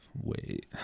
wait